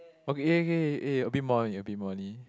okay K K eh a bit more only a bit more only